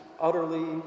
utterly